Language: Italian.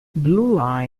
blue